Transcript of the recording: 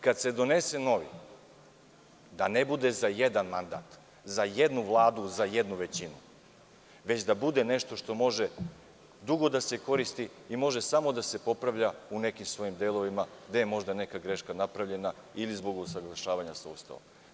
Kada se donese novi, želimo da ne bude za jedan mandat, za jednu vladu, za jednu većinu, već da bude nešto što može dugo da se koristi i može samo da se popravlja u nekim svojim delovima gde je možda neka greška napravljena ili zbog usaglašavanja sa Ustavom.